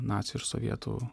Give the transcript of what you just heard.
nacių ir sovietų